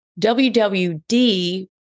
WWD